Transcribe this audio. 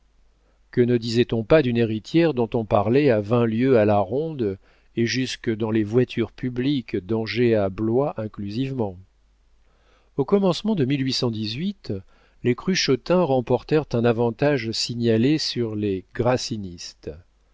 que ne disait-on pas d'une héritière dont on parlait à vingt lieues à la ronde et jusque dans les voitures publiques d'angers à blois inclusivement au commencement de les cruchotins remportèrent un avantage signalé sur les grassinistes